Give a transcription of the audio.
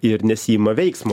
ir nesiima veiksmo